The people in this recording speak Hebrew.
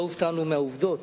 לא הופתענו מהעובדות,